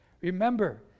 Remember